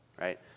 Right